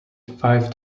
five